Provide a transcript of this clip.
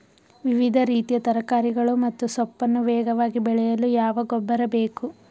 ವಿವಿಧ ರೀತಿಯ ತರಕಾರಿಗಳು ಮತ್ತು ಸೊಪ್ಪನ್ನು ವೇಗವಾಗಿ ಬೆಳೆಯಲು ಯಾವ ಗೊಬ್ಬರ ಬೇಕು?